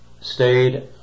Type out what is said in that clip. stayed